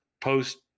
post